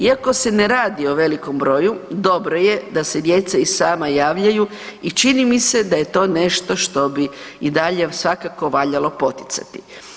Iako se ne radi o velikom broju dobro je da se djeca i sama javljaju i čini mi se da je to nešto što bi i dalje svakako valjalo poticati.